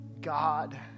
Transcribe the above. God